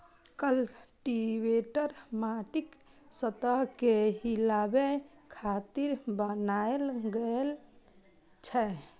cultivator माटिक सतह कें हिलाबै खातिर बनाएल गेल छै